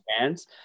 fans